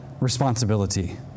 responsibility